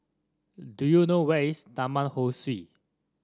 do you know where is Taman Ho Swee